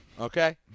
Okay